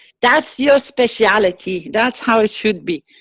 that's your specialty, that's how it should be,